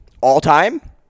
all-time